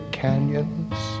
canyons